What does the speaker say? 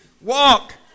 Walk